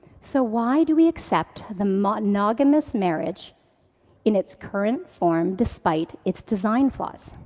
so why do we accept the monogamous marriage in its current form, despite its design flaws?